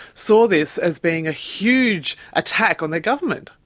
saw this as being a huge attack on their government.